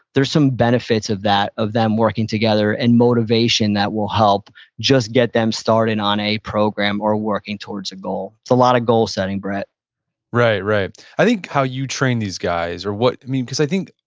there's some benefits of that, of them working together and motivation that will help just get them started on a program or working towards a goal. it's a lot of goal setting, brett right. i think how you train these guys or what, i mean because i think.